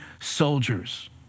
soldiers